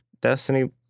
Destiny